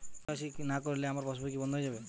KYC না করলে আমার পাশ বই কি বন্ধ হয়ে যাবে?